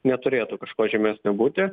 neturėtų kažko žymesnio būti